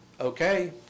okay